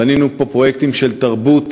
בנינו פה פרויקטים של תרבות,